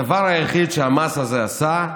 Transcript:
הדבר היחיד שהמס הזה עשה,